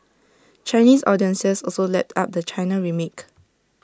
Chinese audiences also lapped up the China remake